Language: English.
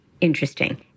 interesting